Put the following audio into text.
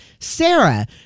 Sarah